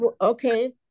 okay